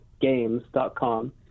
games.com